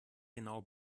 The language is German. genau